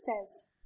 says